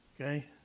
Okay